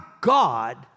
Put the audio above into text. God